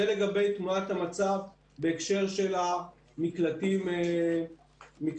זה לגבי תמונת המצב בהקשר של המקלטים הציבוריים.